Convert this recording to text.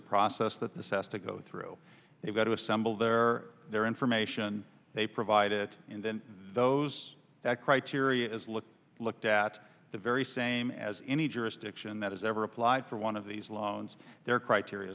a process that this has to go through they've got to assemble there their information they provide and then those criteria is looked looked at the very same as any jurisdiction that has ever applied for one of these loans their criteria